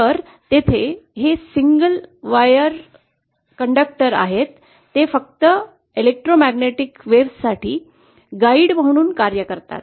तर येथे हे सिंगल वायर वाहक आहेत ते फक्त विद्युत चुंबकीय लहरीं साठी मार्गदर्शक म्हणून कार्य करतात